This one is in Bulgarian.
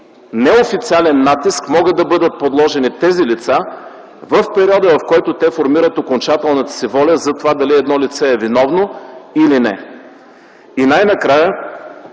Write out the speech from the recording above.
неофициален натиск могат да бъдат подложени тези лица в периода, в който те формират окончателната си воля дали едно лице е виновно или не. Най-накрая,